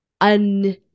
un-